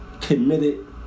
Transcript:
committed